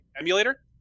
emulator